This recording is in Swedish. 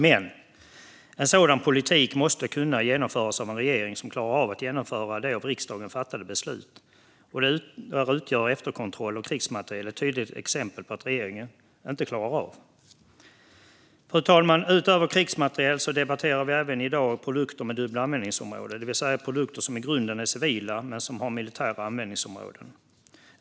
Men en sådan politik måste genomföras av en regering som klarar av att genomföra de av riksdagen fattade besluten, och efterkontroll av krigsmateriel utgör ett tydligt exempel på att regeringen inte klarar av detta. Fru talman! Utöver krigsmateriel debatterar vi i dag även produkter med dubbla användningsområden, det vill säga produkter som i grunden är civila men som har militära användningsområden.